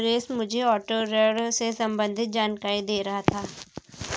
सुरेश मुझे ऑटो ऋण से संबंधित जानकारी दे रहा था